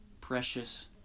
precious